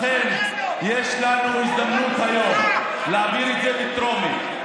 לכן יש לנו הזדמנות היום להעביר את זה בטרומית.